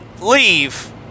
leave